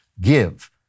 give